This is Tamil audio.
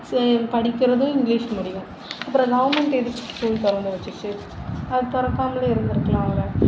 சரி படிக்கிறதும் இங்கிலீஷ் மீடியம் அப்புறம் கவர்மெண்ட் எதுக்கு ஸ்கூல் திறந்து வச்சிச்சு அது திறக்காமலே இருந்துருக்கலாம்ல